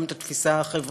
גם את התפיסה החברתית,